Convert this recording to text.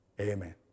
Amen